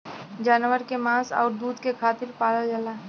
जानवर के मांस आउर दूध के खातिर पालल जाला